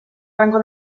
rango